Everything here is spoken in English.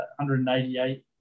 188